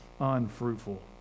unfruitful